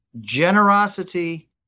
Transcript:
generosity